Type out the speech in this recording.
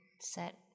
set